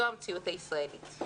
זו המציאות הישראלית.